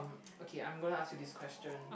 okay I'm gonna ask you this question